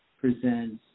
presents